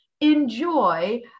enjoy